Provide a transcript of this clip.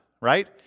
right